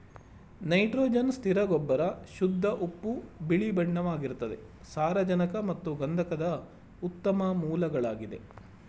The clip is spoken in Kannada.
ನೈಟ್ರೋಜನ್ ಸ್ಥಿರ ಗೊಬ್ಬರ ಶುದ್ಧ ಉಪ್ಪು ಬಿಳಿಬಣ್ಣವಾಗಿರ್ತದೆ ಸಾರಜನಕ ಮತ್ತು ಗಂಧಕದ ಉತ್ತಮ ಮೂಲಗಳಾಗಿದೆ